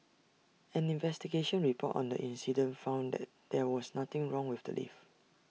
an investigation report on the incident found that there was nothing wrong with the lift